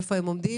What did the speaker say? איפה הם עומדים,